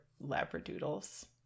Labradoodles